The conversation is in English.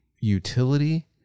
utility